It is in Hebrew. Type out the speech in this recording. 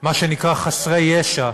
מה שנקרא חסרי ישע,